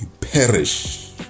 perish